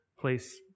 place